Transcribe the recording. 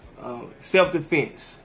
Self-Defense